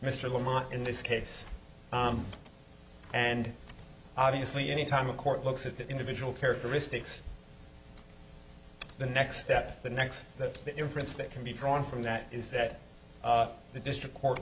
mr lamar in this case and obviously anytime a court looks at the individual characteristics the next step the next that the inference that can be drawn from that is that the district court